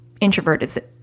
introverted